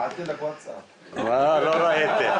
אתה לא היית,